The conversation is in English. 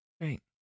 Right